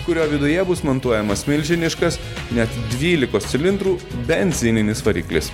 kurio viduje bus montuojamas milžiniškas net dvylikos cilindrų benzininis variklis